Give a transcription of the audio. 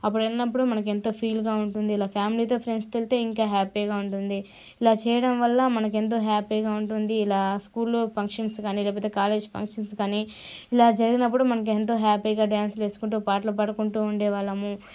అప్పుడు వెళ్ళినప్పుడు మనకెంతో ఫీల్గా ఉంటుంది ఇలా ఫ్యామిలీతో ఫ్రెండ్స్తో వెళితే ఇంకా హ్యాపీగా ఉంటుంది ఇలా చేయడం వల్ల మనకెంతో హ్యాపీగా ఉంటుంది ఇలా స్కూల్లో ఫంక్షన్స్ కాని లేకపోతే కాలేజీ ఫంక్షన్స్ కాని ఇలా జరిగినప్పుడు మనకు ఎంతో హ్యాపీగా డ్యాన్స్లు వేసుకుంటూ పాటలు పాడుకుంటూ ఉండేవాళ్ళము